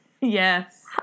Yes